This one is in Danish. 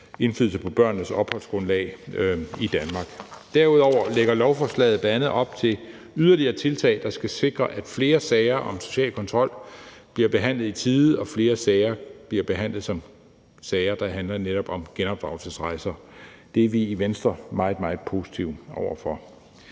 indflydelse på børnenes opholdsgrundlag i Danmark. Derudover lægger lovforslaget bl.a. op til yderligere tiltag, der skal sikre, at flere sager om social kontrol bliver behandlet i tide, og at flere sager bliver behandlet som sager, der handler om netop genopdragelsesrejser. Det er vi i Venstre meget, meget positive over for.